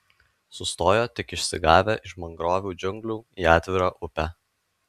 sustojo tik išsigavę iš mangrovių džiunglių į atvirą upę